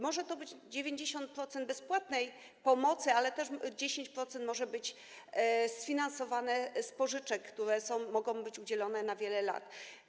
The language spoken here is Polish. Może to być 90% bezpłatnej pomocy, ale może też 10% być sfinansowane z pożyczek, które mogą być udzielone na wiele lat.